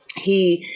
he